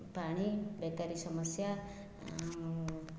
ପାଣି ବେକାରୀ ସମସ୍ୟା ଆଉ